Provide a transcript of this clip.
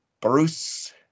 Bruce